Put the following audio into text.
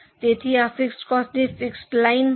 તેથી આ ફિક્સડ કોસ્ટની લાઇન છે